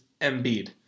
Embiid